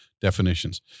definitions